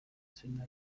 seinale